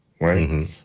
right